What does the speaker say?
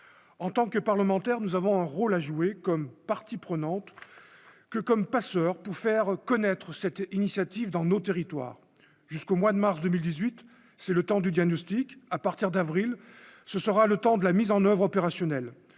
en tant que parlementaires, nous avons un rôle à jouer comme partie prenante que comme passeur pour faire connaître cette initiative dans nos territoires jusqu'au mois de mars 2018, c'est le temps du diagnostic à partir d'avril, ce sera le temps de la mise en oeuvre opérationnelle,